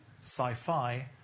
sci-fi